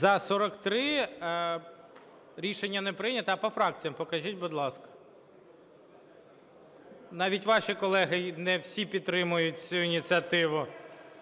За-43 Рішення не прийнято. По фракціях покажіть, будь ласка. Навіть ваші колеги не всі підтримують цю ініціативу.